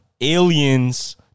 aliens